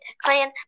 clan